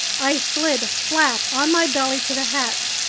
i slid flat on my belly to the hatch.